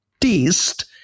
taste